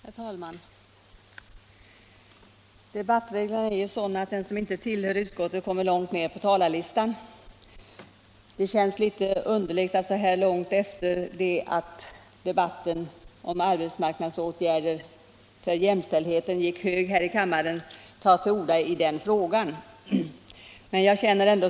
Herr talman! Debattreglerna är ju sådana att den som inte tillhör utskottet kommer långt ner på talarlistan, och det känns litet underligt att så här långt efter det att debatten om arbetsmarknadsåtgärder för jämställdheten gick hög här i kammaren ta till orda i den frågan.